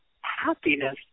happiness